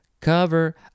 cover